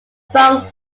song